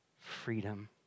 Freedom